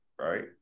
right